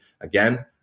again